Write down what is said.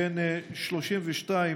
בן 32,